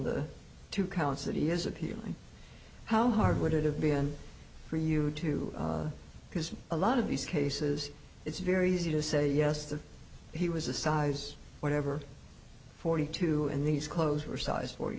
the two counts that he is appealing how hard would it have been for you to because a lot of these cases it's very easy to say yes to he was a size whatever forty two and these clothes were size forty